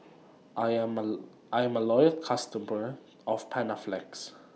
I'm A Loyal customer of Panaflex